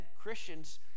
Christians